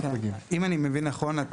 אם אני מבין נכון,